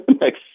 next